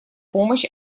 помощь